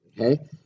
Okay